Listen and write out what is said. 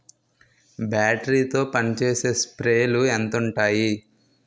Battery తో పనిచేసే స్ప్రేలు ఎంత ఉంటాయి?